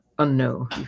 Unknown